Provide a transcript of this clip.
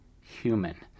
human